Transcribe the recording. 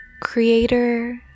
creator